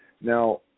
Now